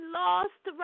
lost